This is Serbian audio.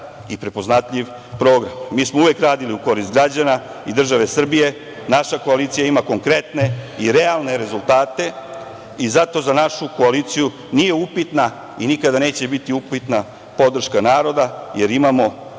i prepoznatljiv program. Mi smo uvek radili u korist građana i države Srbije. Naša koalicija ima konkretne i realne rezultate i zato za našu koaliciju nije upitna i nikada neće biti upitna podrška naroda, jer imamo